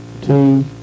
two